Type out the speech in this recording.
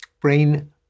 brain